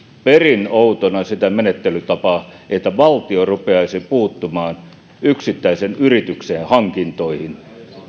perin outona sitä menettelytapaa että valtio rupeaisi puuttumaan yksittäisen yrityksen hankintoihin